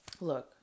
Look